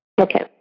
Okay